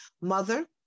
mother